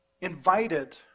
invited